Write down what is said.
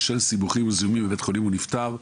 בשל סיבוכים וזיהומים בבית החולים הוא נפטר.